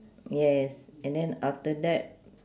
yes and then after that